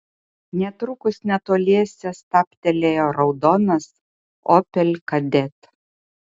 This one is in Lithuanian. netrukus netoliese stabtelėjo raudonas opel kadett